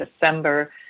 December